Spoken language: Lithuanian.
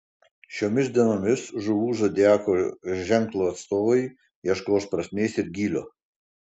šiomis dienomis žuvų zodiako ženklo atstovai ieškos prasmės ir gylio